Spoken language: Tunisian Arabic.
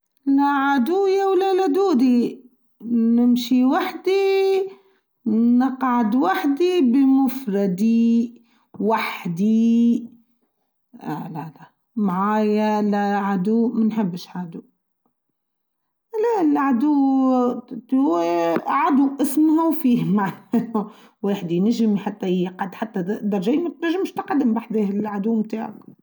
نعادو يا ولادودي نمشي وحدييي نقعد وحدييي بمفردييي وحدييي لا لا لا معايا لا عادو ما نحبش عادو لا العود ااا ههه إسمه في العدو واحدي نجم حتى يقعد حتى داناجمش تقعد لحداه العدو تاعو.